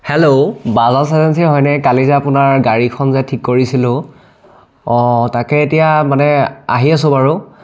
hello Bajaj agency হয়নে কালি যে আপোনাৰ গাড়ীখন যে ঠিক কৰিছিলোঁ অঁ তাকে এতিয়া মানে আহি আছোঁ বাৰু